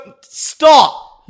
Stop